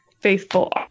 faithful